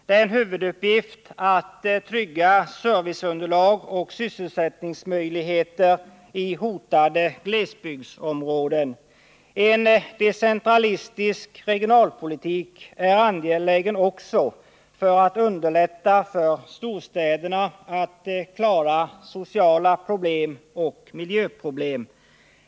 Det är en huvuduppgift att trygga serviceunderlag och sysselsättningsmöjligheter i hotade glesbygdsområden. En decentralistisk regionalpolitik är angelägen också för att underlätta för storstäderna att klara sociala problem och miljöproblem.